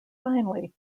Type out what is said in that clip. finally